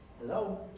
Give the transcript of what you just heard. Hello